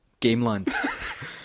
Gameland